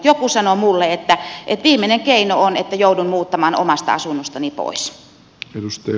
joku sanoi minulle että viimeinen keino on että joudun muuttamaan omasta asunnostani pois